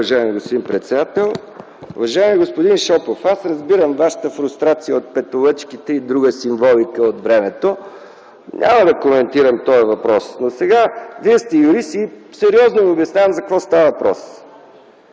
уважаеми господин председател. Уважаеми господин Шопов, аз разбирам Вашата фрустрация от петолъчките и друга символика от времето. Няма да коментирам този въпрос. Сега – Вие сте юрист и сериозно Ви обяснявам за какво става въпрос.